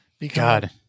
God